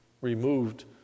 removed